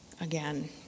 again